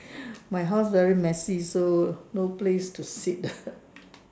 my house very messy so no place to sit